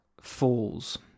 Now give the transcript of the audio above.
falls